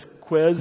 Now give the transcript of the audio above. quiz